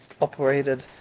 operated